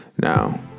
Now